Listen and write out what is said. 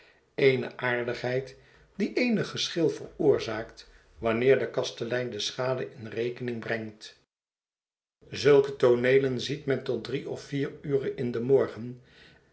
eene aardigheid die eenig geschil veroorzaakt wanneer de kastelein de schade in rekening brengt zulke tooneelen ziet men tot drie of vier ure in den morgen